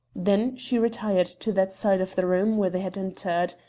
then she retired to that side of the room where they had entered.